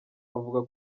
avuga